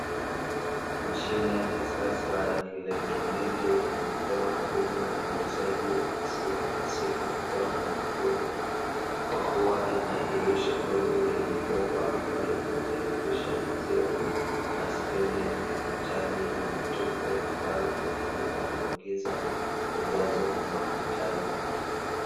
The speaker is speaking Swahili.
Mashine ya kisasa ya kielektroniki inayotoa huduma ya uuzaji wa maziwa pasipokuwa na mhudumu; kwakuwa ina dirisha dogo lenye bomba ambalo hutiririsha maziwa na skirini ya kidigitali yenye vitufe ambayo hutumika kuingiza ujazo unaohitaji.